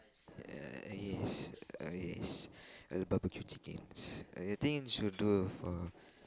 ya yes uh yes uh barbecue chickens the things you do for